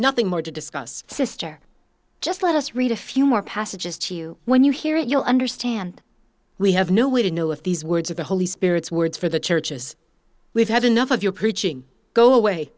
nothing more to discuss sr just let us read a few more passages to you when you hear it you'll understand we have no way to know if these words of the holy spirit's words for the churches we've had enough of your preaching go away